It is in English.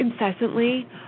incessantly